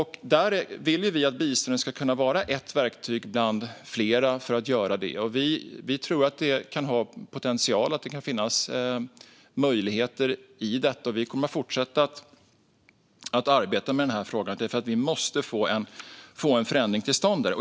Här vill vi att biståndet ska vara ett verktyg bland flera, och vi tror att det har potential och ger möjligheter. Vi kommer att fortsätta att arbeta med denna fråga, för vi måste få en förändring till stånd.